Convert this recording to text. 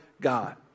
God